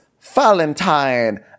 Valentine